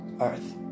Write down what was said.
Earth